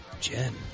Jen